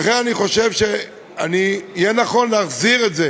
לכן אני חושב שיהיה נכון להחזיר את זה